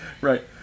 Right